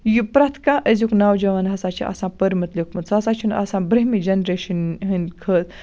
یہِ پرٛتھ کانٛہہ أزیُک نَوجَوان ہَسا چھُ آسان پوٚرمُت لیٛوٗکھمُت سُہ ہَسا چھُنہٕ آسان برٛوٗنٛہمہِ جَنریشنہِ ہٕنٛدۍ خٲ